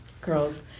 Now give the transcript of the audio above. girls